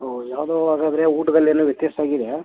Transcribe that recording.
ಓಹ್ ಯಾವುದೋ ಹಾಗಾದ್ರೆ ಊಟದಲ್ಲೇನೋ ವ್ಯತ್ಯಾಸ ಆಗಿದೆ